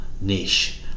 niche